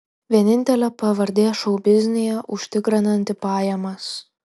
vienintelė pavardė šou biznyje užtikrinanti pajamas